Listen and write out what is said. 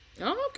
Okay